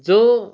जो